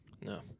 No